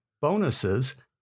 bonuses